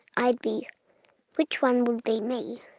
i'd be which one will be me?